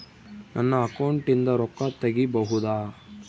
ನನ್ನ ಅಕೌಂಟಿಂದ ರೊಕ್ಕ ತಗಿಬಹುದಾ?